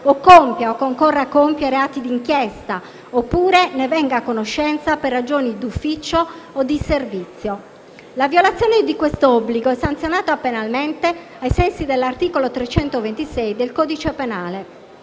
compia o concorra a compiere atti di inchiesta, oppure ne venga a conoscenza per ragioni d'ufficio o di servizio. La violazione di questo obbligo è sanzionata penalmente ai sensi dell'articolo 326 del codice penale.